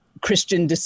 Christian